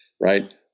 Right